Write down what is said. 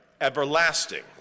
everlasting